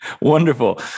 Wonderful